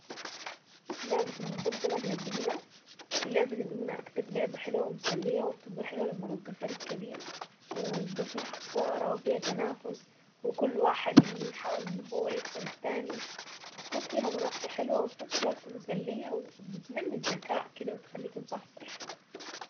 لو اخترنا حاجتين بس من الوكل كله بقيت حياتي هيكون السمك والمكرونة بالبانية السمك عشان مفيد والمكرونة اكلة خفيفة ولذيذة وبتكسر الروتين دول اكتر اكلتين انا بحبهم وهختارهم يعني ان هم يكملوا معي بقية حياتي.